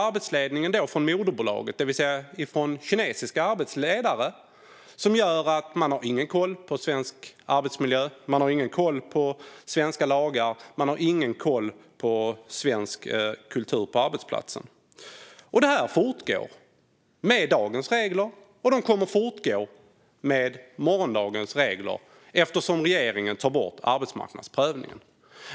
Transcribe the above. Arbetsledningen sker från moderbolaget, det vill säga av kinesiska arbetsledare. Det innebär att de har ingen koll på svensk arbetsmiljö, på svenska lagar eller på svensk arbetsplatskultur. Det här fortgår med dagens regler, och det kommer att fortgå med morgondagens regler - eftersom regeringen tar bort arbetsmarknadsprövningen.